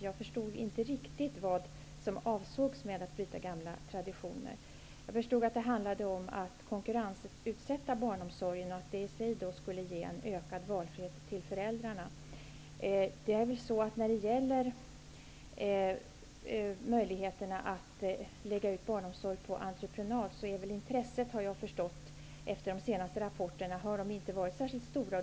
Jag förstod inte riktigt vad som avsågs med att bryta gamla traditioner. Jag förstod att det handlade om att utsätta barnomsorgen för konkurrens, och det i sig skall ge ökad valfrihet för föräldrar. Jag har förstått på de senaste rapporterna att intresset för att lägga ut barnomsorgen på entreprenad inte har varit stort.